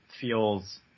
feels